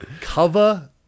cover